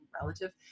relative